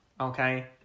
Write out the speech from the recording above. Okay